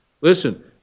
Listen